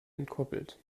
entkoppelt